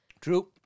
True